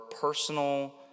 personal